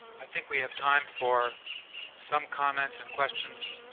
i think we have time for some comments and questions,